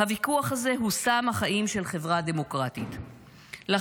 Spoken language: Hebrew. --- הוויכוח הזה הוא סם החיים של חברה דמוקרטית --- לכן,